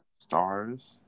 Stars